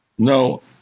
No